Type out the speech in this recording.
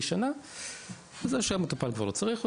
שנה אז או שהמטופל כבר לא צריך אותו,